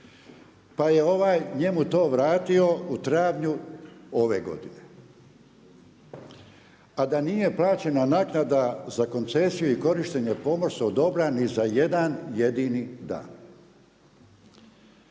pa je ovaj njemu to vratio u travnju ove godine, a da nije plaćena naknada za koncesiju i korištenje pomorskog dobra ni za jedan jedini dan.